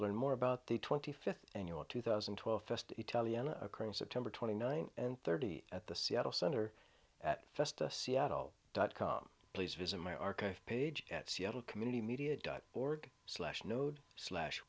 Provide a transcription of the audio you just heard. learn more about the twenty fifth annual two thousand and twelve fest italiana across september twenty ninth and thirty at the seattle center at fest seattle dot com please visit my archive page at seattle community media dot org slash node slash